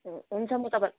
हुन्छ म तपाईँ